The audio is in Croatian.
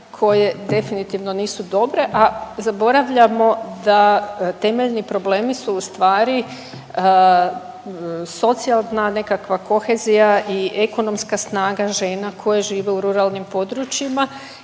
koje definitivno nisu dobre, a zaboravljamo da temeljni problemi su ustvari socijalna nekakva kohezija i ekonomska snaga žena koje žive u ruralnim područjima